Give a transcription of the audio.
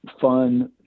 fun